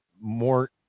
more